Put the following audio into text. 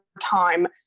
time